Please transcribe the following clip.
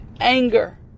anger